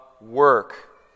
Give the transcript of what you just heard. work